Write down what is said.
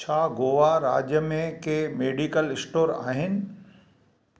छा गोवा राज्य में के मेडिकल स्टोर आहिनि